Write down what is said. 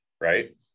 right